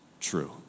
true